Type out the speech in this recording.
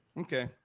Okay